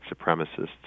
supremacists